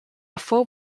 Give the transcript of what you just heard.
full